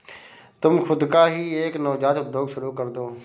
तुम खुद का ही एक नवजात उद्योग शुरू करदो